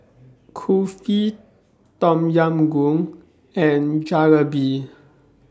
Kulfi Tom Yam Goong and Jalebi